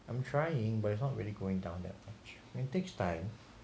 I'm trying but it's not really going down that much it takes time